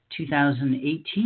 2018